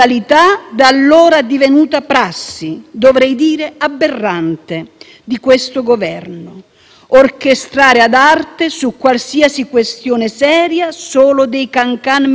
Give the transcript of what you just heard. orchestrare ad arte su qualsiasi questione seria solo dei can-can mediatici, sottraendo alla politica e alle aule parlamentari il proprio ruolo,